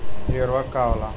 इ उर्वरक का होला?